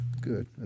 Good